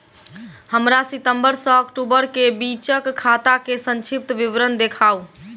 हमरा सितम्बर सँ अक्टूबर केँ बीचक खाता केँ संक्षिप्त विवरण देखाऊ?